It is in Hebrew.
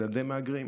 של ילדי מהגרים.